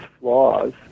flaws